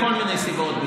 מכל מיני סיבות.